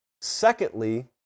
Secondly